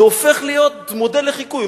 זה הופך להיות מודל לחיקוי.